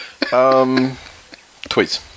tweets